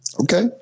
Okay